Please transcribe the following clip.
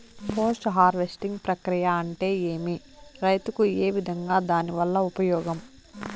Post harvesting ప్రక్రియ అంటే ఏమి? రైతుకు ఏ విధంగా దాని వల్ల ఉపయోగం?